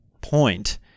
point